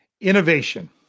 innovation